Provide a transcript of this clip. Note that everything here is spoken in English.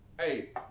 Hey